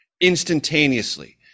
instantaneously